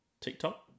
TikTok